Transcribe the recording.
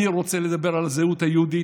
אני רוצה לדבר על הזהות היהודית.